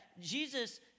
Jesus